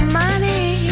money